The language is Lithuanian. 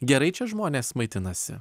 gerai čia žmonės maitinasi